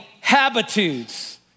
habitudes